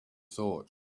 thought